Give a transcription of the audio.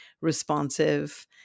responsive